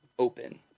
open